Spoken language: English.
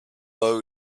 tow